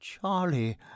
charlie